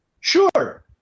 Sure